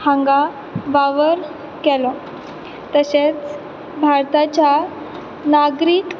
हांगा वावर केलो तशेंच भारताच्या नागरीक